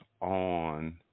on